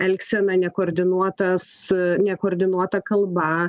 elgsena nekoordinuotas nekoordinuota kalba